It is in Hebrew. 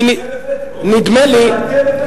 כי נדמה לי,